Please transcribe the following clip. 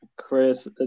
chris